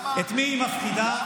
את מי היא מפחידה?